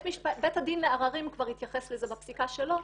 בית הדין לעררים כבר התייחס לזה בפסיקה שלו,